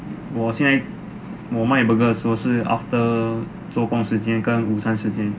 我现在我卖 burger so 是 after 做工时间跟午餐时间